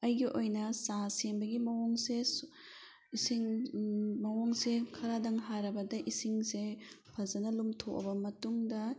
ꯑꯩꯒꯤ ꯑꯣꯏꯅ ꯆꯥ ꯁꯦꯝꯕꯒꯤ ꯃꯑꯣꯡꯁꯦ ꯏꯁꯤꯡ ꯃꯑꯣꯡꯁꯦ ꯈꯔꯗꯪ ꯍꯥꯏꯔꯕꯗ ꯏꯁꯤꯡꯁꯦ ꯐꯖꯟꯅ ꯂꯨꯝꯊꯣꯛꯑꯕ ꯃꯇꯨꯡꯗ